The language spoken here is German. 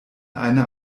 einer